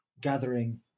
gathering